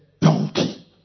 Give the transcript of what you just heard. donkey